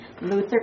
Luther